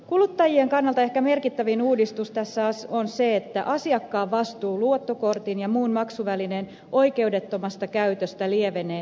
kuluttajien kannalta ehkä merkittävin uudistus tässä on se että asiakkaan vastuu luottokortin ja muun maksuvälineen oikeudettomasta käytöstä lievenee merkittävästi